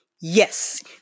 Yes